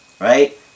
right